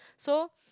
so